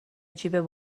جیب